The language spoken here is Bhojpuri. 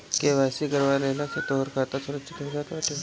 के.वाई.सी करवा लेहला से तोहार खाता सुरक्षित हो जात बाटे